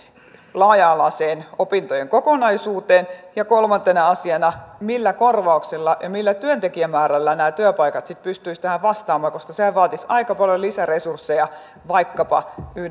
laaja alaiseen opintojen kokonaisuuteen ja kolmantena asiana millä korvauksilla ja millä työntekijämäärällä nämä työpaikat sitten pystyisivät tähän vastaamaan koska sehän vaatisi aika paljon lisäresursseja vaikkapa yhden